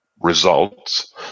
results